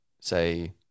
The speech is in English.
say